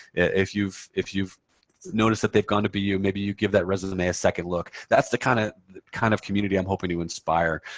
if you've if you've noticed that they've gone to bu, maybe you give that resume a second look. that's the kind of the kind of community i'm hoping to inspire.